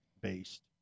based